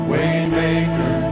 Waymaker